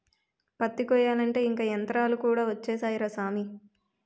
పత్తి కొయ్యాలంటే ఇంక యంతరాలు కూడా ఒచ్చేసాయ్ రా సామీ